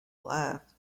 left